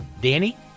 Danny